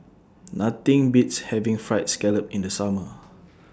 Nothing Beats having Fried Scallop in The Summer